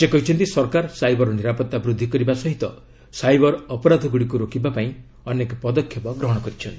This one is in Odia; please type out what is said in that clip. ସେ କହିଛନ୍ତି ସରକାର ସାଇବର ନିରାପତ୍ତା ବୃଦ୍ଧି କରିବା ସହ ସାଇବର ଅପରାଧଗୁଡ଼ିକୁ ରୋକିବା ପାଇଁ ଅନେକ ପଦକ୍ଷେପ ଗ୍ରହଣ କରିଛନ୍ତି